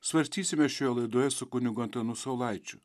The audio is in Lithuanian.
svarstysime šioje laidoje su kunigu antanu saulaičiu